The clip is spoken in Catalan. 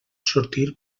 sortir